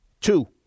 Two